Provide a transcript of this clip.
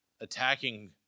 attacking